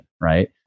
right